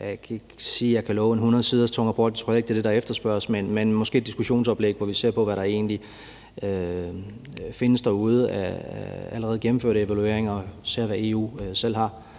Jeg kan ikke sige, at jeg kan love en 100-siders tung rapport, og det tror jeg heller ikke er det, der efterspørges, men måske et diskussionsoplæg, hvor vi ser på, hvor der egentlig findes derude af allerede gennemførte evalueringer, og vi ser på, hvad EU selv har.